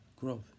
growth